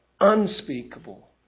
unspeakable